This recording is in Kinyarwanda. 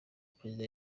perezida